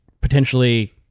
potentially